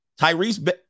tyrese